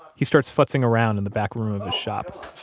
he starts futzing around in the back room of his shop